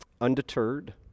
Undeterred